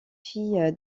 fille